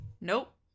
Nope